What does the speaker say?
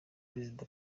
perezida